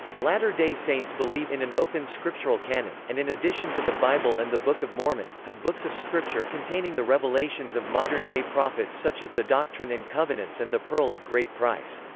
latter-day saints believe in an open scriptural canon, and in addition to the bible and the book of mormon, have books of scripture containing the revelations of modern-day prophets such as the doctrine and covenants and the pearl of great price.